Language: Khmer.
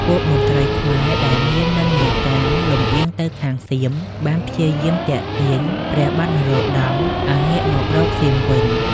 ពួកមន្ត្រីខ្មែរដែលមាននិន្នាការលំអៀងទៅខាងសៀមបានព្យាយាមទាក់ទាញព្រះបាទនរោត្តមឲ្យងាកមករកសៀមវិញ។